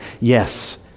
Yes